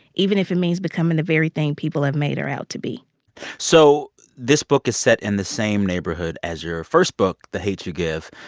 even if it means becoming the very thing people have made her out to be so this book is set in the same neighborhood as your first book, the hate u give,